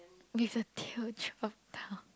did the tail drop down